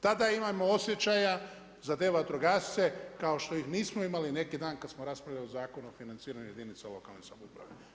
Tada imamo osjećaja za te vatrogasce kao što ih nismo imali neki dan kada smo raspravljali o Zakonu o financiranju jedinica lokalne samouprave.